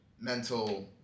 mental